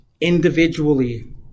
individually